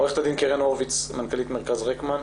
עו"ד קרן הורוביץ, מנכ"לית מרכז רקמן,